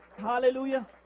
Hallelujah